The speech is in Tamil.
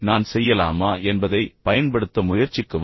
எனவே நான் செய்யலாமா என்பதை பயன்படுத்த முயற்சிக்கவும்